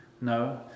No